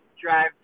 drive